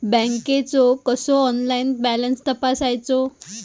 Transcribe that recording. बँकेचो कसो online balance तपासायचो?